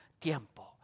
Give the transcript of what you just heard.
tiempo